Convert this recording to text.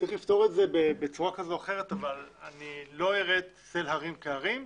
צריך לפתור את זה בצורה כזו או אחרת אבל לא אראה צל הרים כהרים,